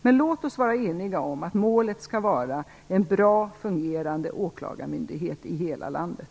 Men låt oss vara eniga om att målet skall vara en bra fungerande åklagarmyndighet i hela landet.